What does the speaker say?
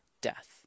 death